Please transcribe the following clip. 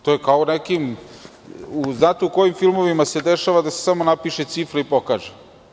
To je kao u nekim, znate u kojim filmovima se dešava da se samo napiše cifra ipokaže.